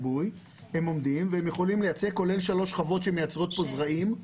הם עומדים והם יכולים לייצא כולל שלוש חוות שמייצרות כאן זרעים.